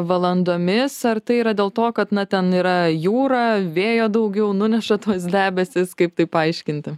valandomis ar tai yra dėl to kad na ten yra jūra vėjo daugiau nuneša tuos debesis kaip tai paaiškinti